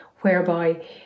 whereby